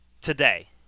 Today